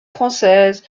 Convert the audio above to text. française